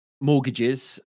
mortgages